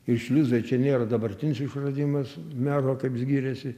ir šliuzai čia nėra dabartinis išradimas mero kaip jis giriasi